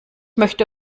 möchte